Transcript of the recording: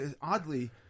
oddly